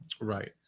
Right